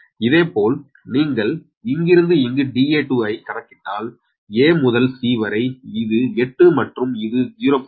இதேபோல் நீங்கள் இங்கிருந்து இங்கு Da2 ஐக் கணக்கிட்டால் a முதல் c வரை இது 8 மற்றும் இது 0